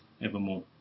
evermore